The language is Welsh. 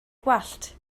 gwallt